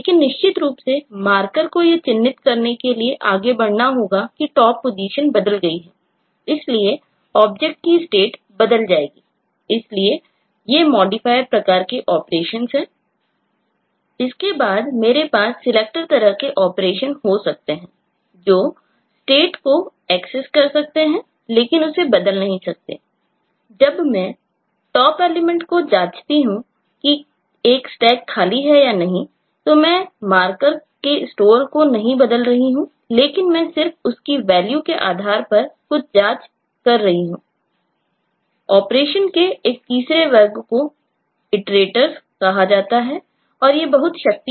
लेकिन निश्चित रूप से मार्कर के आधार पर कुछ जांच कर रहा हूं